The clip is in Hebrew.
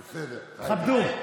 כבדו,